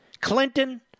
Clinton